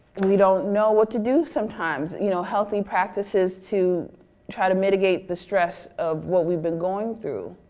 and we don't know what to do sometimes you know, healthy practices to try to mitigate the stress of what we've been going through.